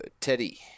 Teddy